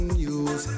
news